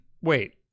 wait